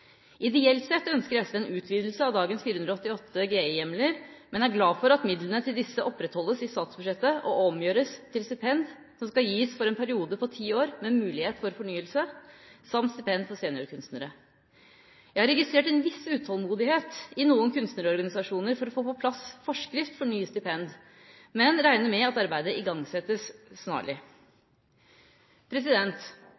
Ideelt sett ønsker SV en utvidelse av dagens 488 GI-hjemler, men er glad for at midlene til disse opprettholdes i statsbudsjettet og omgjøres til stipend som skal gis for en periode på ti år, med mulighet for fornyelse samt stipend for seniorkunstnere. Jeg har registrert en viss utålmodighet i noen kunstnerorganisasjoner for å få på plass forskrift for nye stipend, men regner med at arbeidet igangsettes